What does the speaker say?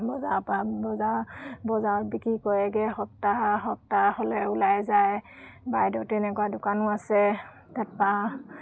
বজাৰৰপৰা বজাৰ বজাৰত বিক্ৰী কৰেগৈ সপ্তাহ সপ্তাহলৈ ওলায় যায় বাইদেউ তেনেকুৱা দোকানো আছে তাৰপৰা